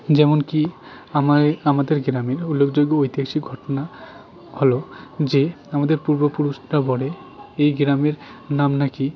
যেমন কি আমার এই আমাদের গ্রামে উল্লেখযোগ্য ঐতিহাসিক ঘটনা হলো যে আমাদের পূর্বপুরুষরা বলে এই গ্রামের নাম নাকি